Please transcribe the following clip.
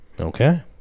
Okay